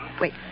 Wait